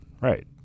Right